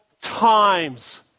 times